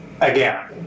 again